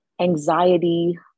anxiety